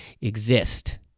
exist